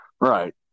right